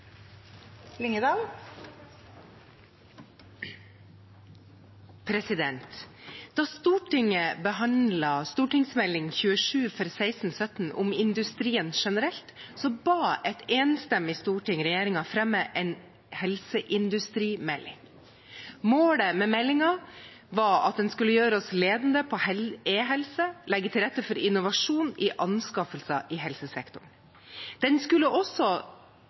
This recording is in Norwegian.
minutter. Da Stortinget behandlet Meld. St. 27 for 2016–2017, om industrien generelt, ba et enstemmig storting regjeringen fremme en helseindustrimelding. Målet med meldingen var at den skulle gjøre oss ledende innen e-helse og legge til rette for innovasjon i anskaffelser i helsesektoren. Den skulle også